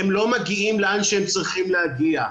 הם לא מגיעים לאן שהם צריכים להגיע.